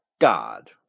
God